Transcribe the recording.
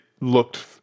looked